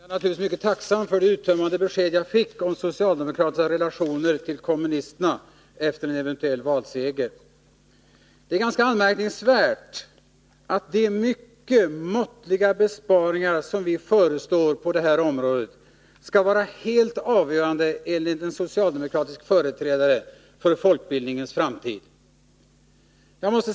Herr talman! Jag är naturligtvis mycket tacksam för det uttömmande besked jag fick om socialdemokraternas relationer till kommunisterna efter en eventuell valseger. Det är ganska anmärkningsvärt att de mycket måttliga besparingar som vi föreslår på det här området enligt en företrädare för socialdemokraterna skall vara helt avgörande för folkbildningens framtid.